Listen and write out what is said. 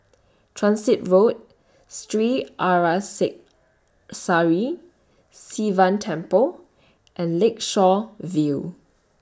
Transit Road Sri Arasakesari Sivan Temple and Lakeshore View